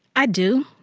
i do.